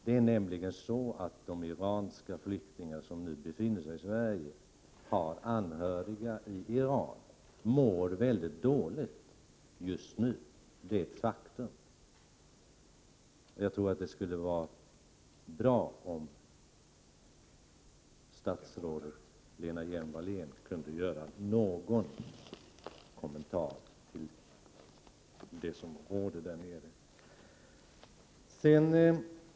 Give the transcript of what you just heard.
Det är nämligen så att de iranska flyktingar som befinner sig i Sverige och har anhöriga i Iran mår väldigt dåligt just nu. Det är ett faktum. Jag tror att det skulle vara bra om statsrådet Lena Hjelm-Wallén kunde göra någon kommentar till de förhållanden som råder där nere.